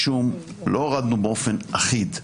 לא הורדנו באופן אחיד.